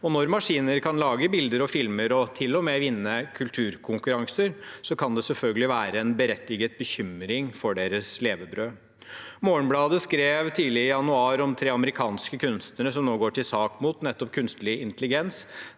Når maskiner kan lage bilder og filmer, og til og med vinne kulturkonkurranser, kan det selvfølgelig være en berettiget bekymring for deres levebrød. Morgenbladet skrev tidlig i januar om tre amerikanske kunstnere som nå går til sak mot nettopp kunstig intelligens,